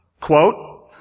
Quote